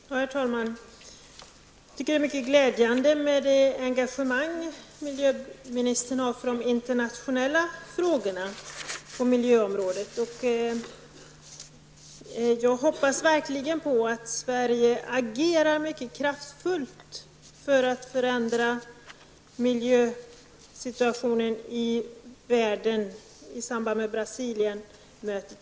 Herr talman! Jag tycker att det är mycket glädjande att miljöministern visar ett så stort engagemang för de internationella frågorna på miljöområdet. Jag hoppas verkligen att Sverige vid Brasilien-mötet agerar mycket kraftfullt för att förändra miljösituationen i världen.